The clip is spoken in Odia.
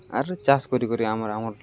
ଆର୍ ଚାଷ୍ କରି କରି ଆମର୍ ଆମର୍